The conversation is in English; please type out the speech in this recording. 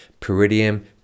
Peridium